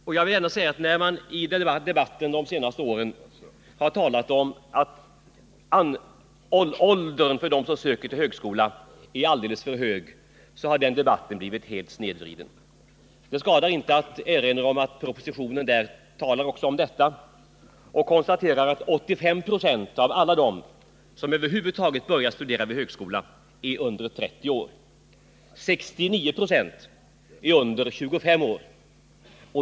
Det har de senaste åren varit en debatt om att åldern på dem som söker till högskolan är alldeles för hög, och den debatten har blivit helt snedvriden. Det skadar inte att erinra om att det också talas om detta i propositionen, där man konstaterar att 85 70 av alla dem som över huvud taget börjar studera vid högskola är under 30 år, och 69 96 är under 25 år.